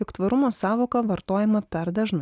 jog tvarumo sąvoka vartojama per dažnai